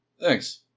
thanks